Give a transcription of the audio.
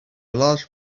large